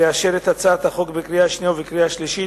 לאשר את הצעת החוק בקריאה שנייה ובקריאה שלישית,